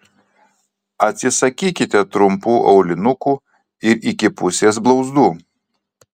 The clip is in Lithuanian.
atsisakykite trumpų aulinukų ir iki pusės blauzdų